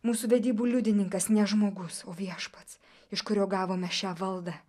mūsų vedybų liudininkas ne žmogus o viešpats iš kurio gavome šią valdą